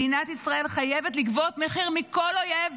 מדינת ישראל חייבת לגבות מחיר מכל אויב